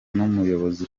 n’umuyobozi